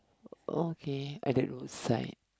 okay on the roadside